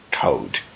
code